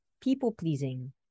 people-pleasing